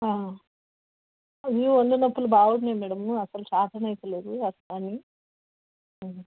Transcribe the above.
ఒళ్ళు ఒళ్ళు నొప్పులు బాగున్నాయి మ్యాడం అసలు చేతనైతలేదు అసలు అని